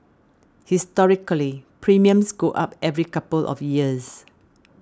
historically premiums go up every couple of years